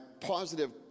positive